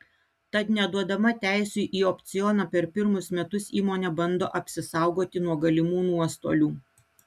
tad neduodama teisių į opcioną per pirmus metus įmonė bando apsisaugoti nuo galimų nuostolių